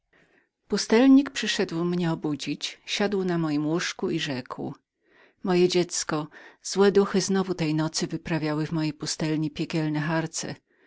pustelnik przyszedł mnie obudzić siadł na mojem łóżku i rzekł moje dziecko złe duchy znowu tej nocy wyprawiały w mojej pustelni piekielne harce